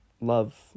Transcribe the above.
love